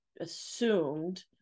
assumed